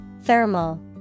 Thermal